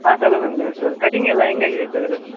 ಹಾಂ ಸಲೂನ್ ಅಂಗ್ಡಿಯವ್ರ sir cutting ಎಲ್ಲ ಹೆಂಗಾಗಿದೆ ಸರ್ ಅದು